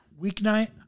weeknight